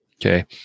okay